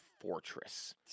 fortress